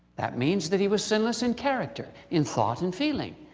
that means that he was sinless in character in thought and feeling.